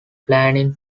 planning